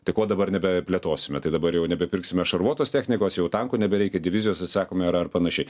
tai ko dabar nebeplėtosime tai dabar jau nebepirksime šarvuotos technikos jau tankų nebereikia divizijos atsisakome ar ar panašiai